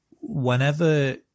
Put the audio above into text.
whenever